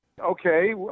Okay